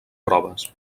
proves